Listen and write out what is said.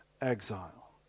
exile